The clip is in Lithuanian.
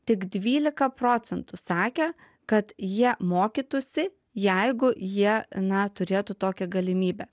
tik dvylika procentų sakė kad jie mokytųsi jeigu jie na turėtų tokią galimybę